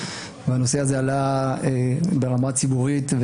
והנושא הזה עלה ברמה ציבורית,